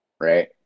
Right